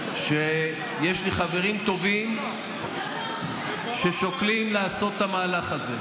יש לי חברים טובים ששוקלים לעשות את המהלך הזה,